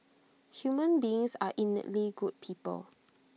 human beings are innately good people